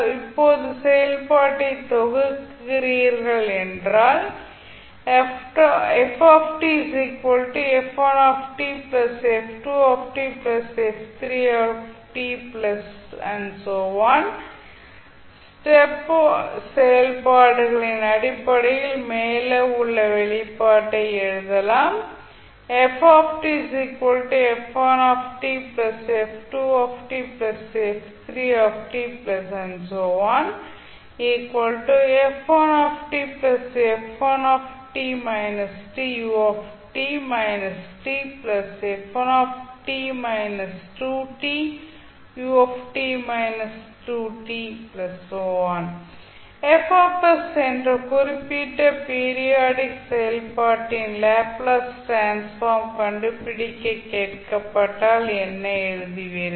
இப்போது செயல்பாட்டை தொகுக்கிறீர்கள் என்றால் ஸ்டேப் செயல்பாடுகளின் அடிப்படையில் மேலே உள்ள வெளிப்பாட்டை எழுதலாம் என்று குறிப்பிட்ட பீரியாடிக் செயல்பாட்டின் லேப்ளேஸ் டிரான்ஸ்ஃபார்ம் கண்டுபிடிக்க கேட்கப்பட்டால் என்ன எழுதுவீர்கள்